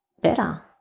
better